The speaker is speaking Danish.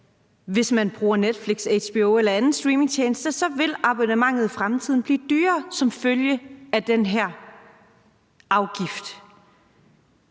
hvis man bruger Netflix, HBO eller en anden streamingtjeneste, vil abonnementet i fremtiden blive dyrere som følge af den her afgift.